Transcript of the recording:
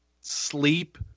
sleep